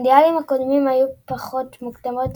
במונדיאלים קודמים היו פחות מקומות